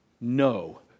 No